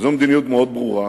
זו מדיניות מאוד ברורה,